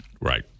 Right